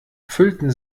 füllten